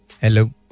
Hello